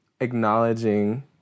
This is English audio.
acknowledging